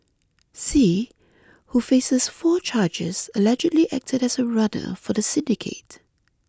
see who faces four charges allegedly acted as a runner for the syndicate